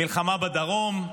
מלחמה בדרום,